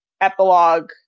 epilogue